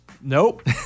nope